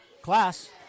Class